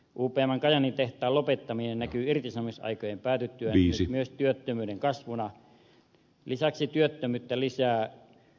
upmn kajaanin tehtaan lopettaminen näkyy irtisanomisaikojen päätyttyä myös työttömyyden kasvuna